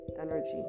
energy